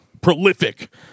Prolific